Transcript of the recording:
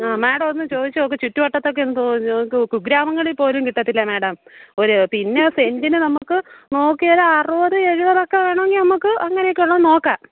ആ മേടം ഒന്ന് ചോദിച്ച് നോക്ക് ചുറ്റുവട്ടത്തൊക്കെ കു കുഗ്രാമങ്ങളില് പോലും കിട്ടത്തില്ല മേടം ഒര് പിന്നെ സെന്റിന് നമുക്ക് നോക്കിയാൽ ഒരു അറുപത് എഴുപത് ഒക്കെ വേണമെങ്കിൽ നമുക്ക് അങ്ങനെ ഒക്കെ ഉള്ളത് നോക്കാം